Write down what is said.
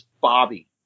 Bobby